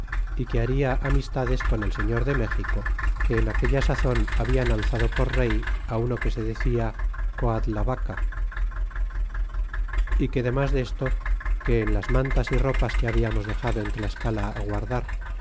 y que baria amistades con el señor de méxico que en aquella sazon habian alzado por rey uno que se decia coadlavaca y que demas desto que en las mantas y ropas que habiamos dexado en tlascala guardar